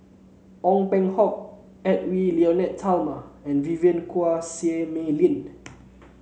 Ong Peng Hock Edwy Lyonet Talma and Vivien Quahe Seah Mei Lin